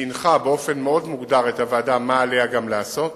שהנחה באופן מאוד מוגדר את הוועדה גם מה עליה לעשות.